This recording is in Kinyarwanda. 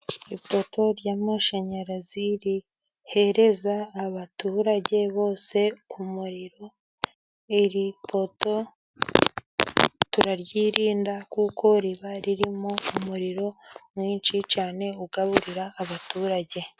Ifoto ry'amashanyarazi rihereza abaturage bose umuriro. Iri poto turaryirinda kuko riba ririmo umuriro mwinshi cyane ugaburira abaturage.